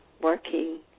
working